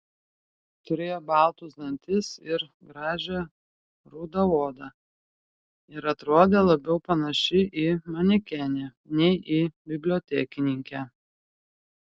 turėjo baltus dantis ir gražią rudą odą ir atrodė labiau panaši į manekenę nei į bibliotekininkę